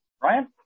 Brian